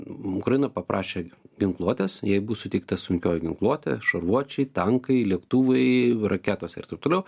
ukraina paprašė ginkluotės jai bus suteikta sunkioji ginkluotė šarvuočiai tankai lėktuvai raketos ir taip toliau